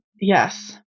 Yes